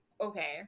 okay